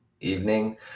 evening